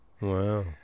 Wow